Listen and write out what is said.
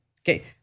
Okay